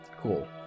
cool